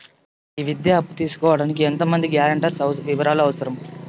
ఈ విద్యా అప్పు తీసుకోడానికి ఎంత మంది గ్యారంటర్స్ వివరాలు అవసరం?